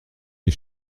les